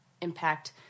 impact